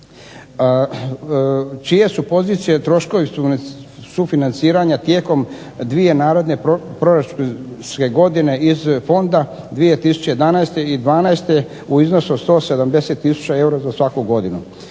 Čije su pozicije troškovi sufinanciranja tijekom dvije naredne proračunske godine iz fonda 2011. i 2012. u iznosu od 180 tisuća eura za svaku godinu.